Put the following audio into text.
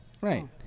right